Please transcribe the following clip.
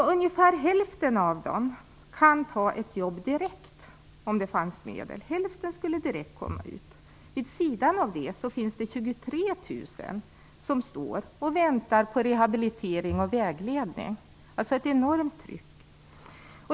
Ungefär hälften av dem skulle kunna ta ett jobb direkt om det fanns medel. Hälften skulle komma ut direkt. Vid sidan av det finns 23 000 som väntar på rehabilitering och vägledning. Det är alltså ett enormt tryck.